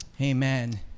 Amen